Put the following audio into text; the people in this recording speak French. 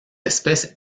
espèce